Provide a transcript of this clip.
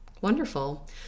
Wonderful